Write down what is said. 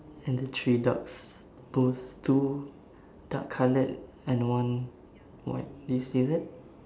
and the three dogs both two dark coloured and one white do you see that